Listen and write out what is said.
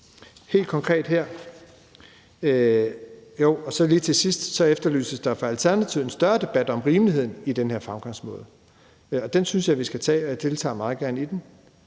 efterretning. Lige til sidst efterlyses der fra Alternativets side en større debat om rimeligheden i den her fremgangsmåde. Den synes jeg vi skal tage, og jeg deltager meget gerne i den.